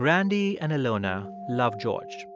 randy and ilona love george.